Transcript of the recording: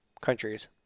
countries